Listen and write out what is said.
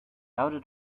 outed